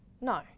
No